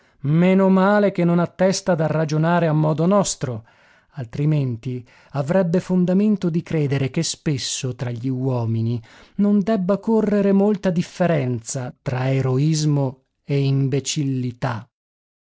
male che non ha testa da ragionare a modo nostro altrimenti avrebbe fondamento di credere che spesso tra gli uomini non debba correre molta differenza tra eroismo e imbecillità e se